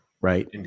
Right